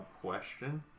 question